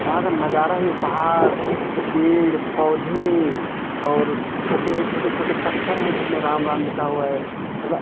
वहाँ का नज़ारा ही पहाड़ पेड़ पौधे और छोटे छोटे छोटे पत्थर हैं जिसमें राम राम लिखा हुआ है